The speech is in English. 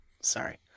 Sorry